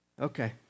Okay